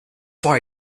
why